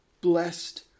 blessed